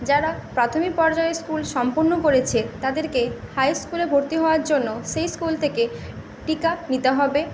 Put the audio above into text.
যারা প্রাথমিক পর্যায়ের স্কুল সম্পন্ন করেছে তাদেরকে হাই স্কুলে ভর্তি হওয়ার জন্য সেই স্কুল থেকে টিকা নিতে হবে